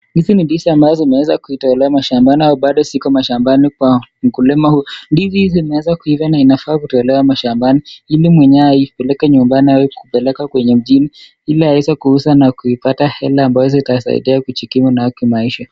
Hizi ni ndizi ambazo zimeweza kutolewa mashambani au bado ziko mashambani kwa mkulima huyu. Ndizi zimeweza kuiva na inafaa kutolewa mashambani, ili mwenyewe aipeleke nyumbani aweze kupeleka kwenye mjini, ili aweze kuuza na kupata hela ambazo zitamsaidia kujikimu nazo kimaisha.